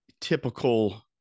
typical